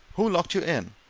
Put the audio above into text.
who locked you in?